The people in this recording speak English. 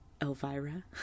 Elvira